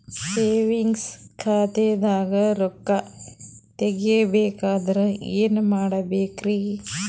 Savings ಖಾತಾದಾಗ ರೊಕ್ಕ ತೇಗಿ ಬೇಕಾದರ ಏನ ಮಾಡಬೇಕರಿ?